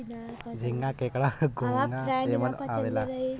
झींगा, केकड़ा, घोंगा एमन आवेला